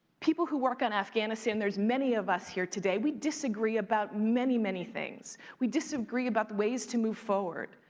people who work on afghanistan, there's many of us here today. we disagree about many, many things. we disagree about the ways to move forward,